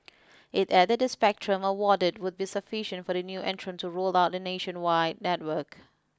it added the spectrum awarded would be sufficient for the new entrant to roll out a nationwide network